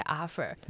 offer